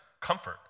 comfort